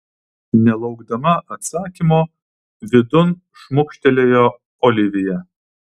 nelaukdama atsakymo vidun šmukštelėjo olivija